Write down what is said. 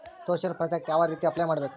Social project ಯಾವ ರೇತಿ apply ಮಾಡಬೇಕು?